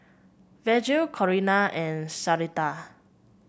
Virgil Corina and Sharita